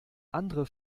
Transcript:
andere